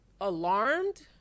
alarmed